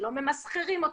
שלא ממסחרים אותו,